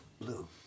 Blue